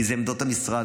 כי אלה עמדות המשרד,